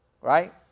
Right